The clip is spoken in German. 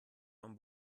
von